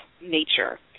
nature